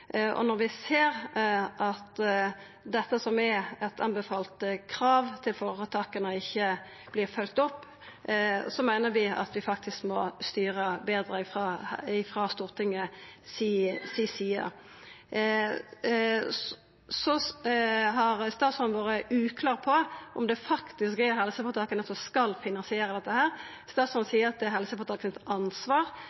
Når vi ser at dette, som er eit anbefalt krav til føretaka, ikkje vert følgt opp, meiner vi at vi bør styra betre frå Stortinget si side. Statsråden har vore uklar på om det faktisk er helseføretaka som skal finansiera dette. Statsråden